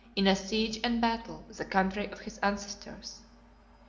in a siege and battle, the country of his ancestors.